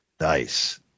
Nice